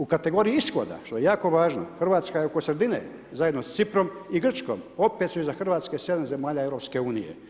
U kategoriji ishoda, što je jako važno, Hrvatska je oko sredine zajedno da Ciprom i Grčkom, opet su iza Hrvatske 7 zemalja EU.